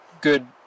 good